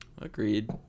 Agreed